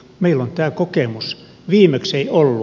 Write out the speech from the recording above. meillä on tämä kokemus viimeksi ei ollut